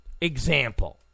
Example